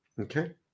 okay